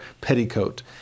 petticoat